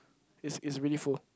is is really full